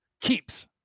keeps